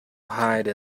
hide